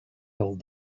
hold